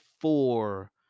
four